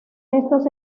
estos